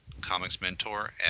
comicsmentor